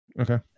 Okay